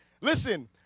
Listen